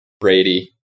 brady